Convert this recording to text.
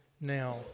now